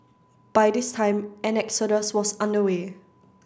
by this time an exodus was under way